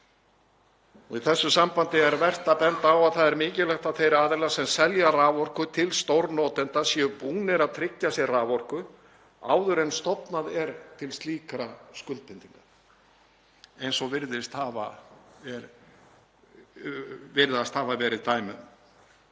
þessu sambandi er vert að benda á að það er mikilvægt að þeir aðilar sem selja raforku til stórnotenda séu búnir að tryggja sér raforku áður en stofnað er til slíkra skuldbindinga, eins og virðast hafa verið dæmi